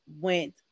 went